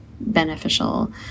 beneficial